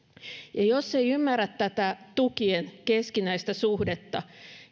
jos ei ymmärrä tätä tukien keskinäistä suhdetta